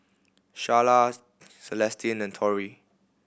Sharla Celestine and Tory